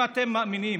אם אתם מאמינים